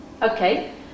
Okay